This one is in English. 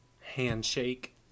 handshake